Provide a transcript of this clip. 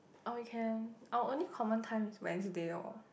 or we can our only common time is Wednesday oh